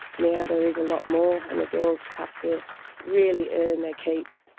now there is a lot more and the girls have to really earn their keep.